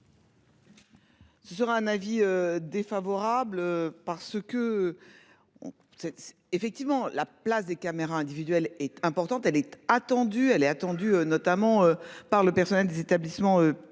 Ce sera un avis. Défavorable. Parce que on sait effectivement la place des caméras individuelles est importante, elle était attendue, elle est attendue notamment par le personnel des établissements